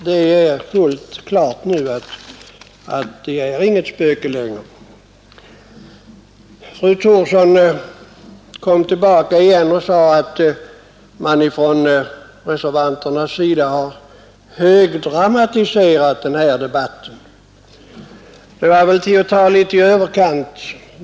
Det är fullt klart nu att det är inget spöke längre. sida har högdramatiserat denna debatt. Det var väl att ta till litet i överkant.